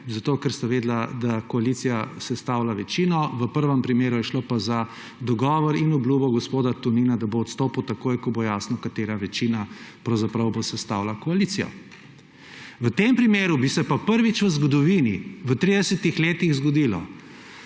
zato, ker sta vedela, da koalicija sestavlja večino, v prvem primeru pa je šlo za dogovor in obljubo gospoda Tonina, da bo odstopil takoj, ko bo jasno, katera večina bo sestavila koalicijo. V tem primeru bi se pa prvič v zgodovini v 30 letih zgodilo,